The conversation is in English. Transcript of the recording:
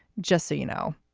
just so you know.